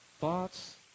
thoughts